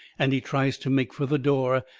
and he tries to make fur the door,